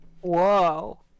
Whoa